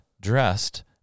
dressed